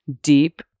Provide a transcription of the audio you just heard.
deep